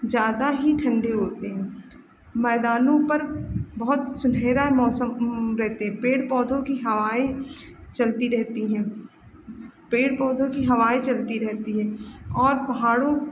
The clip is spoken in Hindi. ज़्यादा ही ठण्डे होते हैं मैदानों पर बहुत सुनहरा मौसम रहते हैं पेड़ पौधों की हवाएँ चलती रहती हैं पेड़ पौधों की हवाएँ चलती रहती हैं और पहाड़ों